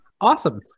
awesome